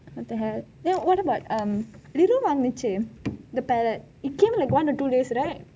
what the hell then what about rithin வாங்கினச்சு:vankinachu um the parrot it came like one to two days right